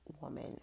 woman